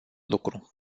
lucru